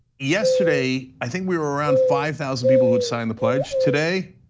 yesterday, i think we were around five thousand people who'd sign the pledge today.